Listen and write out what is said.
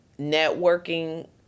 networking